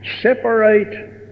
separate